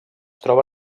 troba